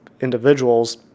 individuals